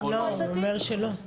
הוא אומר שלא.